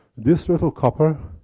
this little copper,